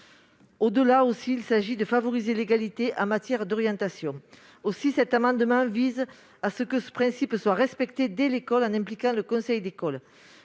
Au-delà, il s'agit de favoriser l'égalité en matière d'orientation. Aussi, cet amendement vise à ce que ce principe soit respecté dès l'école, en impliquant pour ce faire le conseil d'école.